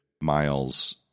Miles